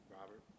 Robert